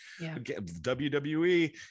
WWE